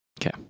Okay